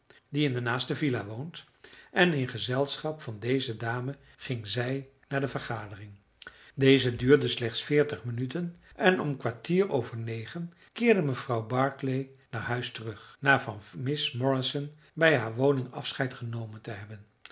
die in de naaste villa woont en in gezelschap van deze dame ging zij naar de vergadering deze duurde slechts veertig minuten en om kwartier over negen keerde mevrouw barclay naar huis terug na van miss morrison bij haar woning afscheid genomen te hebben